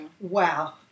Wow